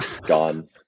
gone